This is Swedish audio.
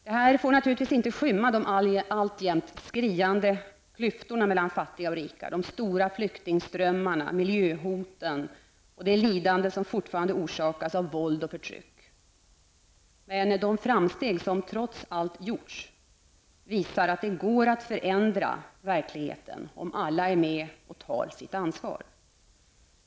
Detta får naturligtvis inte skymma de alltjämt skriande klyftorna mellan fattiga och rika, de stora flyktingströmmarna, miljöhoten och det lidande som fortfarande orsakas av våld och förtryck. Men de framsteg som trots allt gjorts visar att det går att förändra verkligheten, om alla är med och tar sitt ansvar.